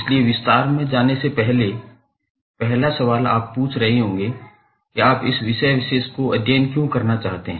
इसलिए विस्तार में जाने से पहले पहला सवाल आप पूछ रहे होंगे कि आप इस विषय विशेष का अध्ययन क्यों करना चाहते हैं